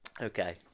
Okay